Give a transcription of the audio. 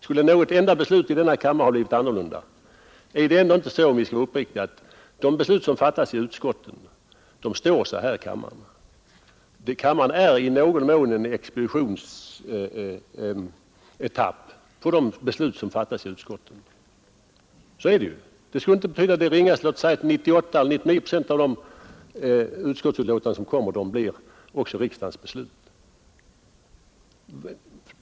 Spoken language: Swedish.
Skulle något enda beslut i denna kammare då bli annorlunda? Är det inte i stället så, om vi skall vara uppriktiga, att de beslut som fattas i utskotten står sig här i kammaren? I någon mån är ju denna kammare bara en expeditionsetapp för de beslut som fattas i utskotten. Nej, färre ledamöter skulle inte betyda det ringaste, ty 98—99 procent av alla de utskottsbetänkanden som kommer på vårt bord blir också utan några ändringar riksdagens beslut.